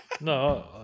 no